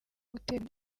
guterwa